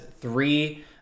three